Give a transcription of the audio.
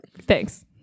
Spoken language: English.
thanks